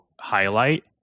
highlight